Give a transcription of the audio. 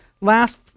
last